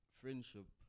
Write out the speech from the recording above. friendship